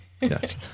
Yes